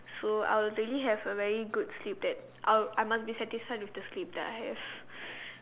so I would really have a very good sleep that I will I must be satisfied with the sleep that I have